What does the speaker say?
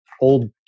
old